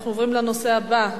אנחנו עוברים לנושא הבא,